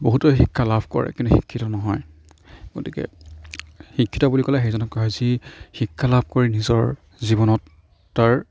বহুতে শিক্ষা লাভ কৰে কিন্তু শিক্ষিত নহয় গতিকে শিক্ষিত বুলি ক'লে সেইজনক কোৱা হয় যি শিক্ষা লাভ কৰি নিজৰ জীৱনত তাৰ